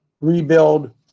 rebuild